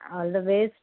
all the best